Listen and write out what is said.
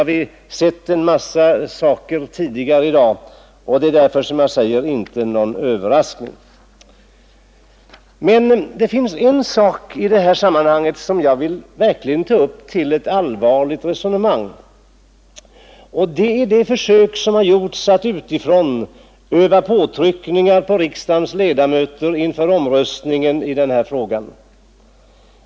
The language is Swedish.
Vi har sett en massa saker tidigare i dag och det är därför, som jag säger, inte någon överraskning. Men en sak i detta sammanhang vill jag verkligen ta upp till ett allvarligt resonemang, nämligen det försök som har gjorts utifrån att öva påtryckningar på riksdagens ledamöter inför omröstningen i denna fråga.